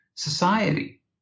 society